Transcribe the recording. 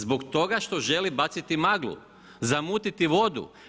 Zbog toga što želi baciti maglu, zamutiti vodu.